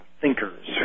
thinkers